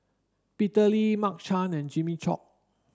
Peter Lee Mark Chan and Jimmy Chok